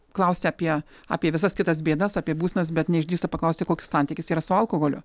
klausia apie apie visas kitas bėdas apie būsenas bet neišdrįsta paklausti koks santykis yra su alkoholiu